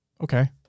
Okay